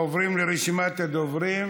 עוברים לרשימת הדוברים.